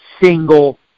single